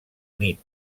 nit